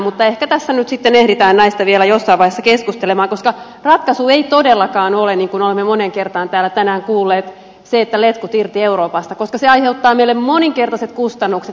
mutta ehkä tässä nyt sitten ehditään näistä vielä jossain vaiheessa keskustelemaan koska ratkaisu ei todellakaan ole niin kuin olemme moneen kertaan täällä tänään kuulleet se että letkut irti euroopasta koska se aiheuttaa meille moninkertaiset kustannukset